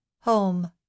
home